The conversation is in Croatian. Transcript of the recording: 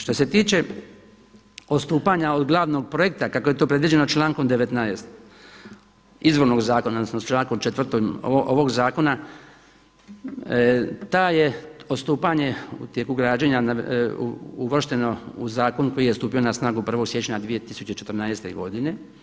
Što se tiče odstupanja od glavnog projekta kako je to predviđeno člankom 19. izvornog zakona, odnosno člankom 4. ovog Zakona to je odstupanje u tijeku građenja uvršteno u zakon koji je stupio na snagu 1. siječnja 2014. godine.